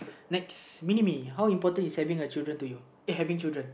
next mini me how important is having a children to you uh having children